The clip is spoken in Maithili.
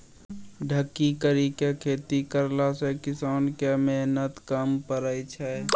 ढकी करी के खेती करला से किसान के मेहनत कम पड़ै छै